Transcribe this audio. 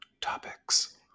topics